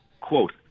quote